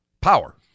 power